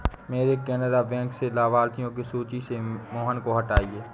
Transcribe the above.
मेरे केनरा बैंक से लाभार्थियों की सूची से मोहन को हटाइए